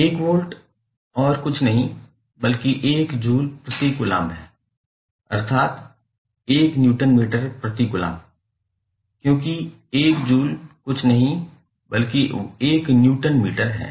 1 volt और कुछ नहीं बल्कि 1 जूल प्रति कूलम्ब है अर्थात 1 न्यूटन मीटर प्रति कूलम्ब क्योंकि 1 जूल कुछ नहीं बल्कि 1 न्यूटन मीटर है